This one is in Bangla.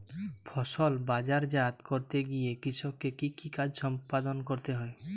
ফসল বাজারজাত করতে গিয়ে কৃষককে কি কি কাজ সম্পাদন করতে হয়?